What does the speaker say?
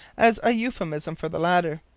as a euphemism for the latter.